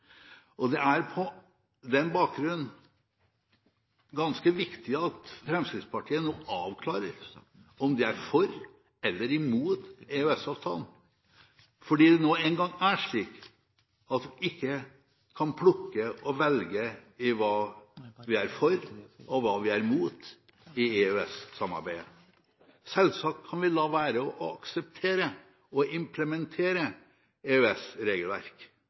hensikt. Det er på den bakgrunn ganske viktig at Fremskrittspartiet nå avklarer om de er for eller imot EØS-avtalen. Det er nå en gang slik at vi ikke kan plukke og velge hva vi er for, og hva vi er imot i EØS-samarbeidet. Selvsagt kan vi la være å akseptere å implementere